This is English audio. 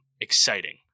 exciting